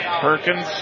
Perkins